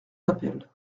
d’appel